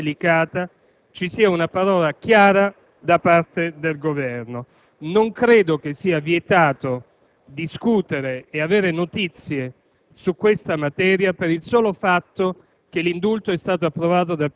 che, su una questione così delicata, ci sia una parola chiara da parte del Governo. Non credo sia vietato discutere e avere notizie su questa materia per il solo fatto